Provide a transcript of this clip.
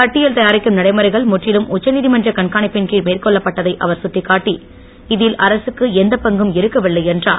பட்டியல் தயாரிக்கும் நடைமுறைகள் முற்றிலும் உச்ச நீதிமன்ற கண்காணிப்பின் கீழ் மேற்கொள்ளப் பட்டதை அவர் கட்டிக்காட்டி இதில் அரசுக்கு எந்தபங்கும் இருக்கவில்லை என்றுர்